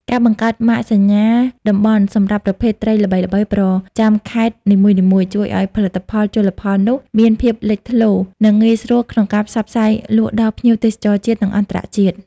ការបង្កើតម៉ាកសញ្ញាតំបន់សម្រាប់ប្រភេទត្រីល្បីៗប្រចាំខេត្តនីមួយៗ ជួយឱ្យផលិតផលជលផលនោះមានភាពលេចធ្លោ និងងាយស្រួលក្នុងការផ្សព្វផ្សាយលក់ដល់ភ្ញៀវទេសចរជាតិ និងអន្តរជាតិ។